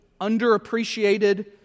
underappreciated